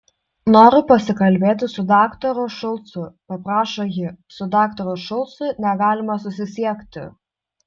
noriu pasikalbėti su daktaru šulcu paprašo ji su daktaru šulcu negalima susisiekti